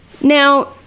now